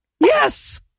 Yes